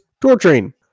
torturing